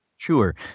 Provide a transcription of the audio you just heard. Sure